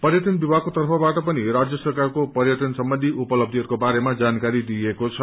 पर्यटन विभागको तर्फवाट पाँने राज्य सरकारको पर्यटन सम्बन्धी उपलथ्यिहरूको बारेमा जानकारी दिइएको छ